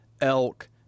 elk